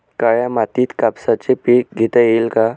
काळ्या मातीत कापसाचे पीक घेता येईल का?